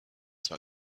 zwar